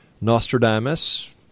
Nostradamus